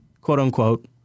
quote-unquote